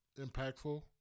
impactful